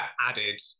added